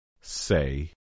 Say